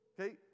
okay